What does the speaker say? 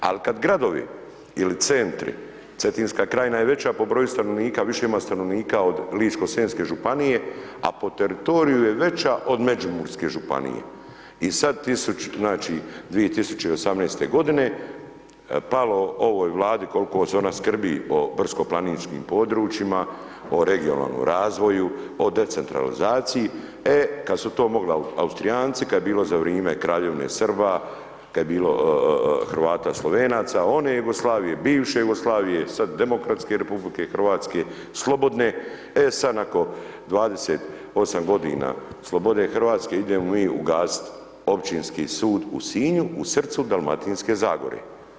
Ali kad gradovi ili centri, Cetinska krajina je veća po broju stanovnika, više ima stanovnika od Ličko senjske županije, a po teritoriju je veća od Međimurske županije i sad, znači, 2018.-te godine palo ovaj Vladi, koliko se ona skrbi o brdsko planinskim područjima, o regionalnom razvoju, o decentralizaciji, e, kad su to mogli Austrijanci, kad je bilo za vrime Kraljevine Srba, kad je bilo Hrvata, Slovenaca, one Jugoslavije, bivše Jugoslavije, sad demokratske RH slobodne, e, sad nakon 28 godina slobode RH idemo mi ugasiti Općinski sud u Sinju u srcu Dalmatinske Zagore.